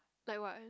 like what